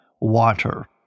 water